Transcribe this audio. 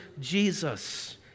Jesus